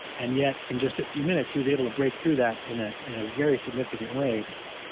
and yet in just a few minutes he was able to break through that in ah in a very significant way.